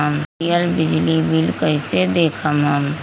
दियल बिजली बिल कइसे देखम हम?